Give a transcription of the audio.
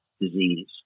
disease